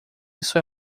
isso